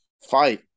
fight